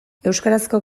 euskarazko